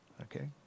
Okay